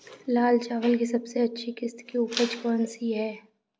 लाल चावल की सबसे अच्छी किश्त की उपज कौन सी है?